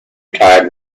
tied